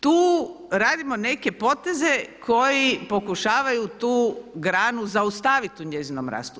Tu radimo neke poteze koji pokušavaju tu granu zaustaviti u njezinom rastu.